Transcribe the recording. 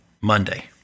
Monday